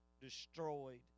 destroyed